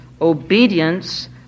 obedience